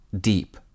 deep